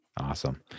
Awesome